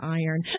iron